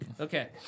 Okay